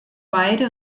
beide